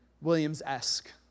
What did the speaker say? Williams-esque